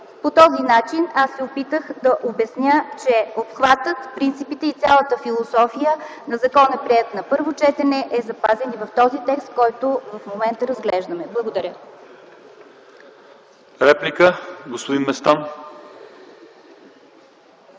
По този начин аз се опитах да обясня, че обхватът, принципите и цялата философия на закона, приет на първо четене, са запазени и в този текст, който в момента разглеждаме. Благодаря. ПРЕДСЕДАТЕЛ ЛЪЧЕЗАР